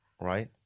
right